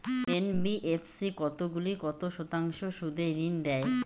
NBFC কতগুলি কত শতাংশ সুদে ঋন দেয়?